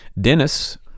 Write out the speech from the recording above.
Dennis